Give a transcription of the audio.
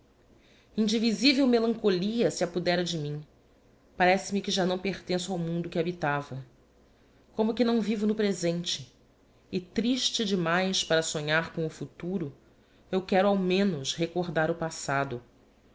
céu indisivel melancholia se apodera de mim parece-me que já nào pertenço ao mundo que habitava como que não vivo no presente e triste de mais para sonhar com o futuro eu quero ao menos recordar o passado